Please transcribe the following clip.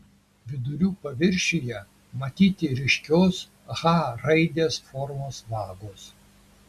vidurių paviršiuje matyti ryškios h raidės formos vagos